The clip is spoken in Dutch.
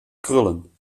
krullen